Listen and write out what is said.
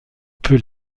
peut